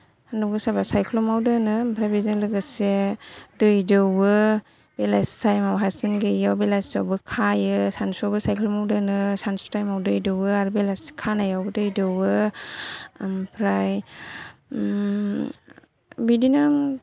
सान्दुं गोसाबा सायख्लुमाव दोनो ओमफ्राइ बेजों लोगोसे दै दौवो बेलासे टाइम आव हासभेन्ट गैयियाव बेलासियावबो खायो सानसुवाव सायख्लुमाव दोनो सानसु टाइम आव दै दौवो आरो बेलासि खानायावबो दै दौवो ओमफ्राइबिदिनो